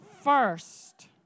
first